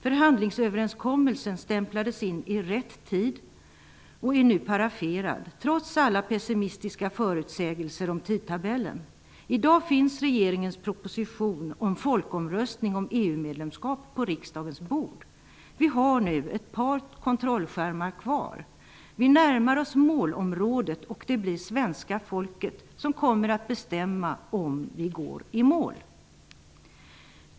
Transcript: Förhandlingsöverenskommelsen stämplades in i rätt tid och är nu paraferad, trots alla pessimistiska förutsägelser om tidtabellen. I dag finns regeringens proposition om folkomröstning angående EU-medlemskap på riksdagens bord. Vi har nu ett par kontrollskärmar kvar. Vi närmar oss målområdet, och det blir svenska folket som kommer att bestämma om vi skall gå i mål.